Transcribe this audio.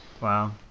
wow